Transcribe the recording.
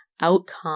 outcome